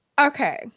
okay